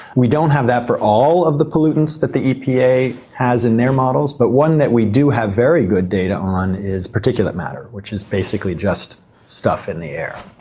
we don't have that for all of the pollutants that the epa has in their models but one that we do have very good data on is particulate matter, which is basically just stuff in the air.